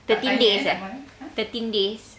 thirteen days eh thirteen days